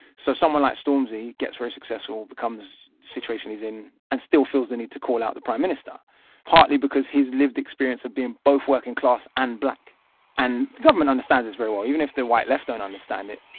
so someone like stormzy gets very successful becomes, situation he's in and still feels the need to call out the prime minister partly because his lived experience of being both working class and black and the government understands this very well even if the white left don't um understand it